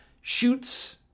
shoots